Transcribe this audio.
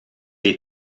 est